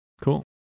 Cool